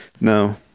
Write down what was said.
No